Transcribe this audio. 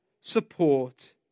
support